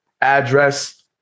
address